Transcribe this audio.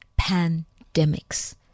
pandemics